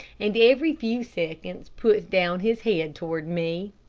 and every few seconds put down his head toward me.